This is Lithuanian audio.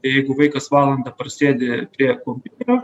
tai jeigu vaikas valandą prasėdi prie kompiuterio